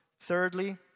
Thirdly